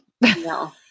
No